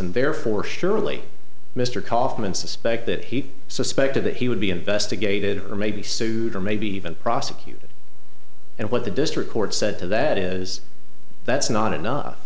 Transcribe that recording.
and therefore surely mr kaufman suspect that he suspected that he would be investigated or maybe sued or maybe even prosecuted and what the district court said to that is that's not enough